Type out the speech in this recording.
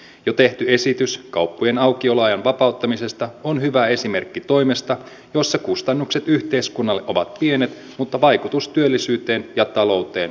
jo tehty esitys kauppojen aukioloajan vapauttamisesta on hyvä esimerkki toimesta jossa kustannukset yhteiskunnalle ovat pienet mutta vaikutus työllisyyteen ja talouteen positiivista